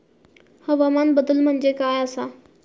हवामान बदल म्हणजे काय आसा?